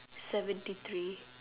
seventy three